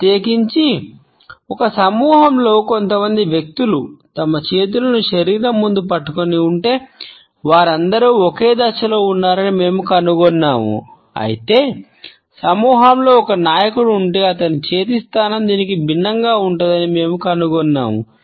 ప్రత్యేకించి ఒక సమూహంలో కొంతమంది వ్యక్తులు తమ చేతులను శరీరం ముందు పట్టుకొని ఉంటే వారందరూ ఒకే దశలో ఉన్నారని మేము కనుగొన్నాము అయితే సమూహంలో ఒక నాయకుడు ఉంటే అతని చేతి స్థానం దీనికి భిన్నంగా ఉంటుందని మేము కనుగొన్నాము